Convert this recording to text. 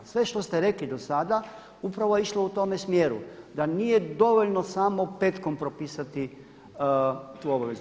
Sve što ste rekli do sada upravo je išlo u tome smjeru, da nije dovoljno samo petkom propisati tu obavezu.